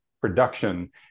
production